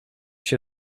się